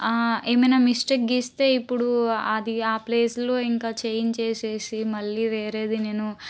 ఏమైనా మిస్టేక్ గీస్తే ఇప్పుడూ అది ఆ ప్లేస్లో ఇంకా చేంజ్ చేసేసి మళ్ళీ వేరేది నేను